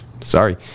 sorry